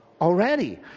already